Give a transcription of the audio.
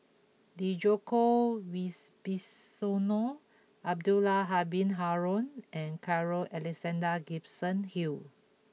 Djoko Wibisono Abdul Halim Haron and Carl Alexander Gibson Hill